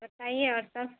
بتائیے اور سب